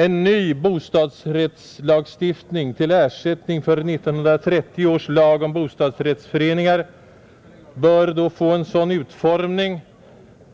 En ny bostadsrättslagstiftning till ersättning för 1930 års lag om bostadsrättsföreningar bör då få en sådan utformning